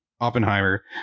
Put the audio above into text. Oppenheimer